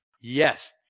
yes